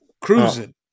Cruising